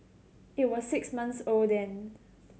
it was six months old then